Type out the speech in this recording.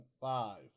five